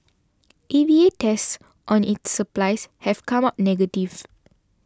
A V A tests on its supplies have come up negative